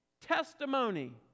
Testimony